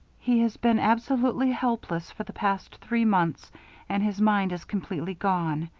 he has been absolutely helpless for the past three months and his mind is completely gone.